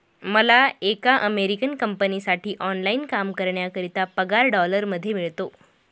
मला एका अमेरिकन कंपनीसाठी ऑनलाइन काम करण्याकरिता पगार डॉलर मध्ये मिळतो